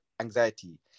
anxiety